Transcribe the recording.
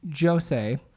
Jose